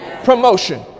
promotion